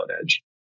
Edge